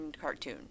cartoon